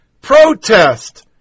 protest